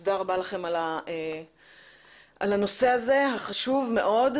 תודה רבה לכם על הנושא הזה החשוב מאוד.